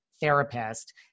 therapist